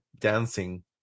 dancing